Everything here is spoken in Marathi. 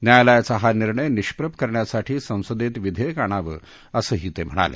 न्यायालयाचा हा निर्णय निष्प्रभ करण्यासाठी संसदेत विधेयक आणावं असंही ते म्हणाले